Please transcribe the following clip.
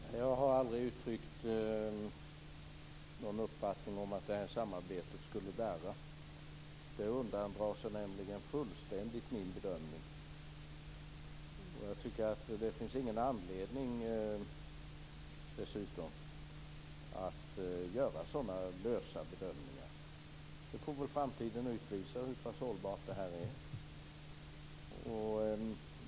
Fru talman! Jag har aldrig uttryckt någon uppfattning om att samarbetet skulle darra. Det undandrar sig nämligen fullständigt min bedömning. Jag tycker dessutom att det inte finns någon anledning att göra sådana lösa bedömningar. Framtiden får väl utvisa hur pass hållbart det här är.